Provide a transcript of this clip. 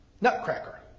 nutcracker